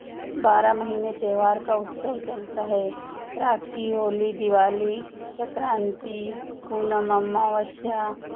बारह महीने त्योहार का उत्सव चलता है राखी होली दिवाली संक्रांति पूनम अमावस्या